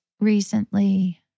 recently